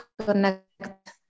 connect